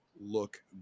look